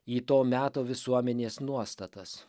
į to meto visuomenės nuostatas